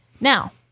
Now